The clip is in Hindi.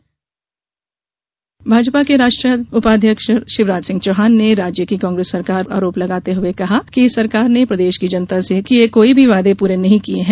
शिवराज सभा भाजपा के राष्ट्राय उपाध्यक्ष शिवराज सिंह चौहान ने राज्य की कांग्रेस सरकार पर आरोप लगाते हुये कहा कि इस सरकार ने प्रदेश की जनता से किये कोई भी वादे पूरे नहीं किये हैं